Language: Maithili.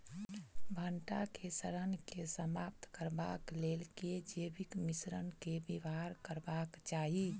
भंटा केँ सड़न केँ समाप्त करबाक लेल केँ जैविक मिश्रण केँ व्यवहार करबाक चाहि?